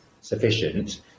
sufficient